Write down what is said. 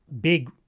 big